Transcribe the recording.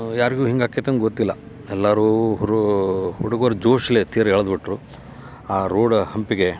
ಯಾರಿಗೂ ಹಿಂಗೆ ಆಕೈತೆ ಅಂದು ಗೊತ್ತಿಲ್ಲ ಎಲ್ಲರೂ ಹುರೂ ಹುಡ್ಗರು ಜೋಷಲ್ಲಿ ತೇರು ಎಳ್ದು ಬಿಟ್ಟರು ಆ ರೋಡ್ ಹಂಪಿಗೆ